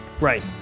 Right